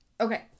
okay